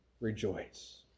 rejoice